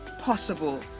possible